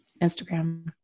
Instagram